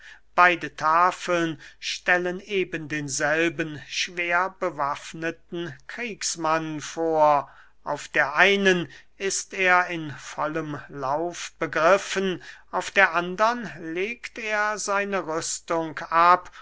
beide tafeln stellen ebendenselben schwerbewaffneten kriegsmann vor auf der einen ist er in vollem lauf begriffen auf der andern legt er seine rüstung ab